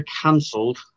cancelled